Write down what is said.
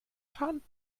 fahren